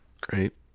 Great